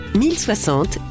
1060